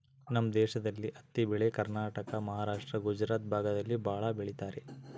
ನಮ್ ದೇಶದಲ್ಲಿ ಹತ್ತಿ ಬೆಳೆ ಕರ್ನಾಟಕ ಮಹಾರಾಷ್ಟ್ರ ಗುಜರಾತ್ ಭಾಗದಲ್ಲಿ ಭಾಳ ಬೆಳಿತರೆ